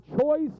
choice